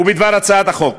ובדבר הצעת החוק.